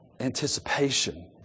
Anticipation